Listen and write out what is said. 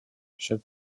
chaque